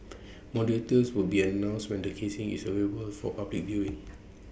more details will be announced when the casing is available for public viewing